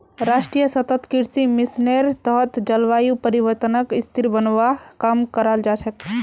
राष्ट्रीय सतत कृषि मिशनेर तहत जलवायु परिवर्तनक स्थिर बनव्वा काम कराल जा छेक